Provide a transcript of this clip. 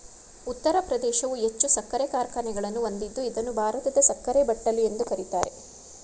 ಉತ್ತರ ಪ್ರದೇಶವು ಹೆಚ್ಚು ಸಕ್ಕರೆ ಕಾರ್ಖಾನೆಗಳನ್ನು ಹೊಂದಿದ್ದು ಇದನ್ನು ಭಾರತದ ಸಕ್ಕರೆ ಬಟ್ಟಲು ಎಂದು ಕರಿತಾರೆ